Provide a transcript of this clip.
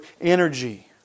energy